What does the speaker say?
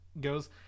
goes